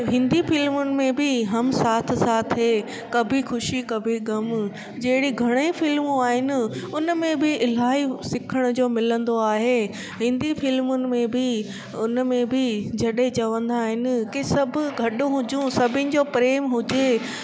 हिंदी फ्लिमुनि में बि हम साथ साथ है कभी ख़ुशी कभी गमु जहिड़ी घणेई फ्लिमूं आहिनि हुन में बि इलाही सिखण जो मिलंदो आहे हिंदी फ्लिमुनि में बि हुन में बि जॾहिं चवंदा आहिनि की सभु गॾु हुजूं सभिनी जो प्रेम हुजे